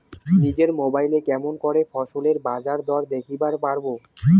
নিজের মোবাইলে কেমন করে ফসলের বাজারদর দেখিবার পারবো?